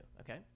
Okay